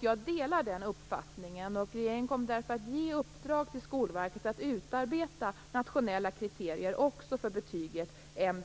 Jag delar den uppfattningen. Regeringen kommer därför att ge i uppdrag till Skolverket att utarbeta nationella kriterier också för betyget MVG.